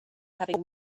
having